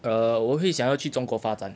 err 我会想要去中国发展